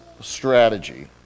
strategy